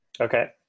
Okay